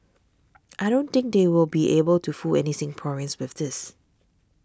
I don't think they will be able to fool any Singaporeans with this